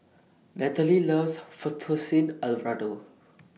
Nataly loves Fettuccine Alfredo